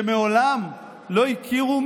שמדינות העולם מעולם לא הכירו,